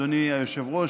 אדוני היושב-ראש,